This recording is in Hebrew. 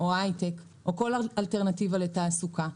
הייטק או כל אלטרנטיבה לתעסוקה.